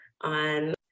on